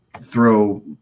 throw